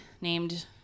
named